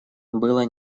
было